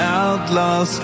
outlaws